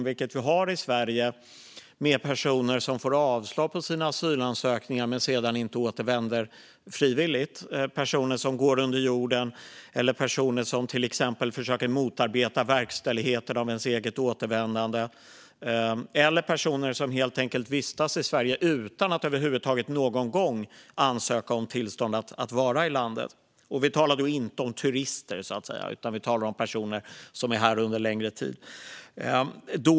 Det finns personer som får avslag på sina asylsökningar men inte återvänder frivilligt. Det finns personer som går under jorden eller till exempel försöker motarbeta verkställigheten av sitt eget återvändande. Det finns personer som vistas i Sverige utan att över huvud taget någon gång ansöka om tillstånd att vara i landet. Vi talar då inte om turister, utan om personer som är här under en längre tid.